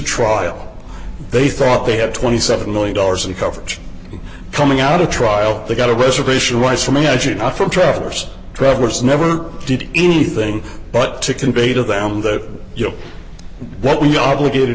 trial they thought they had twenty seven million dollars in coverage coming out of trial they got a reservation was for magic not for travelers travelers never did anything but to convey to them that you know what we obligated